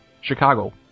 Chicago